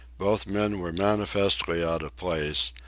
both men were manifestly out of place,